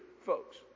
folks